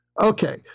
Okay